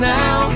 now